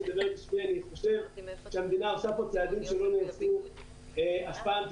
שדיבר --- אני חושב שהמדינה עושה פה צעדים שלא נעשו אף פעם.